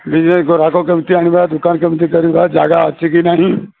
ନିଜେ ଗରାଖ କେମିତି ଆଣିବା ଦୋକାନ କେମିତି କରିବା ଜାଗା ଅଛି କି ନାହିଁ